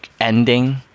ending